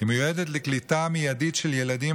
היא מיועדת לקליטה מיידית של ילדים